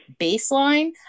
baseline